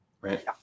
right